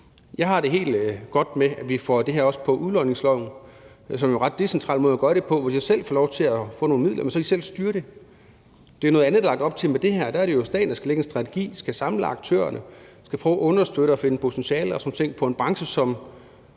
Jeg har det helt godt med, at vi også får det her på udlodningsloven. Det er sådan en ret decentral måde at gøre det på. Hvis de selv får lov til at få nogle midler, kan de selv styre det. Det er jo noget andet, der er lagt op til med det her; der er det jo staten, der skal lægge en strategi, skal samle aktørerne, skal prøve at understøtte og finde potentialer og sådan nogle ting i en branche, som